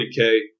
40k